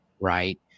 Right